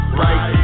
right